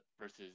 versus